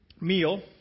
meal